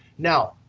now,